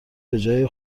بجای